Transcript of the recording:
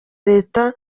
leta